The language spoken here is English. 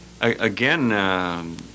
again